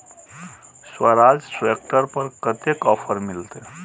Swaraj tractor पर कतेक offer मिलते?